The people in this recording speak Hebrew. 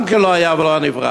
גם כן לא היה ולא נברא.